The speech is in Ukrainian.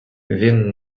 він